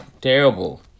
terrible